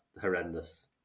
horrendous